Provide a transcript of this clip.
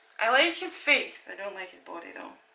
i like his face, i don't like his body though.